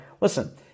listen